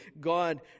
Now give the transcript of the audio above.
God